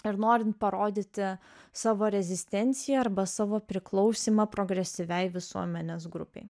ar norint parodyti savo rezistencija arba savo priklausymą progresyviai visuomenės grupei